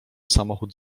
samochód